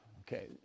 okay